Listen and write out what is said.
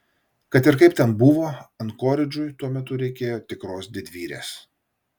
kad ir kaip ten buvo ankoridžui tuo metu reikėjo tikros didvyrės